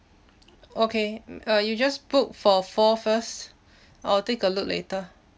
okay uh you just book for four first I'll take a look later